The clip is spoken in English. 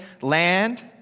land